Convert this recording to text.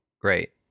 great